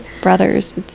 brothers